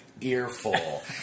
earful